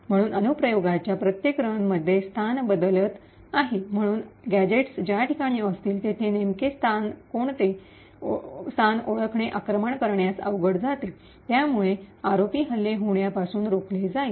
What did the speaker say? म्हणूनच अनुप्रयोगाच्या प्रत्येक रन मध्ये स्थान बदलत आहे म्हणून गॅझेट्स ज्या ठिकाणी असतील तेथे नेमके स्थान ओळखणे आक्रमणकर्त्यास अवघड आहे ज्यामुळे आरओपी हल्ले होण्यापासून रोखले जाईल